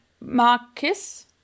Marcus